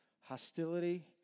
hostility